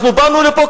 אנחנו באנו לפה,